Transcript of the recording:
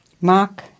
Mark